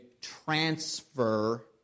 transfer